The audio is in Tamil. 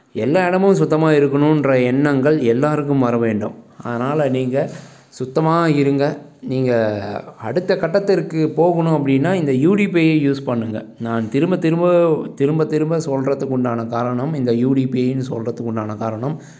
எல்லா இடமும் சுத்தமாக இருக்கணும்ற எண்ணங்கள் எல்லாருக்கும் வர வேண்டும் அதனால் நீங்கள் சுத்தமாக இருங்க நீங்கள் அடுத்த கட்டத்திற்கு போகணும் அப்படின்னா இந்த யூடிபிஐ யூஸ் பண்ணுங்க நான் திரும்ப திரும்ப திரும்ப திரும்ப சொல்றத்துக்குண்டான காரணம் இந்த யூடிபிஐன்னு சொல்றத்துக்குண்டான காரணம்